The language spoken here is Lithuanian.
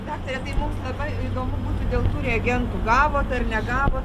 daktare tai mums labai įdomu būtų dėl tų reagentų gavot dar negavot